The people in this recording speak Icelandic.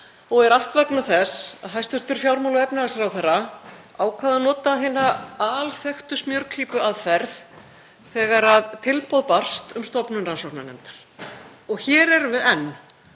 og er allt vegna þess að hæstv. fjármála- og efnahagsráðherra ákvað að nota hina alþekktu smjörklípuaðferð þegar tilboð barst um stofnun rannsóknarnefndar. Og hér erum við enn